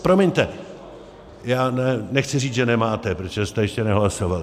Promiňte, já nechci říct, že nemáte, protože jste ještě nehlasovali.